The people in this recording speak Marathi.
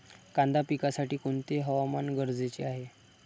कांदा पिकासाठी कोणते हवामान गरजेचे आहे?